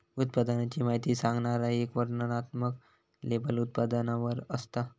उत्पादनाची माहिती सांगणारा एक वर्णनात्मक लेबल उत्पादनावर असता